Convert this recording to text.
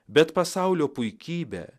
bet pasaulio puikybė